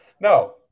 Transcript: No